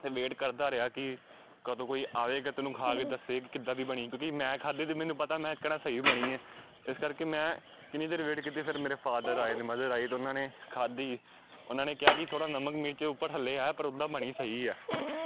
ਅਤੇ ਵੇਟ ਕਰਦਾ ਰਿਹਾ ਕਿ ਕਦੋਂ ਕੋਈ ਆਵੇਗਾ ਅਤੇ ਉਹਨੂੰ ਖਾ ਕੇ ਦੱਸੇ ਕਿ ਕਿੱਦਾਂ ਦੀ ਬਣੀ ਕਿਉਂਕਿ ਮੈਂ ਖਾਧੀ ਤਾਂ ਮੈਨੂੰ ਪਤਾ ਮੈਂ ਕਹਿਣਾ ਸਹੀ ਬਣੀ ਹੈ ਇਸ ਕਰਕੇ ਮੈਂ ਕਿੰਨੀ ਦੇਰ ਵੇਟ ਕੀਤੀ ਫਿਰ ਮੇਰੇ ਫਾਦਰ ਆਏ ਅਤੇ ਮਦਰ ਆਈ ਅਤੇ ਉਹਨਾਂ ਨੇ ਖਾਧੀ ਉਹਨਾਂ ਨੇ ਕਿਹਾ ਕਿ ਥੋੜ੍ਹਾ ਨਮਕ ਮਿਰਚ ਉੱਪਰ ਥੱਲੇ ਆ ਪਰ ਉੱਦਾਂ ਬਣੀ ਸਹੀ ਆ